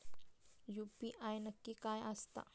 UPI नक्की काय आसता?